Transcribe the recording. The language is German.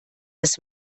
das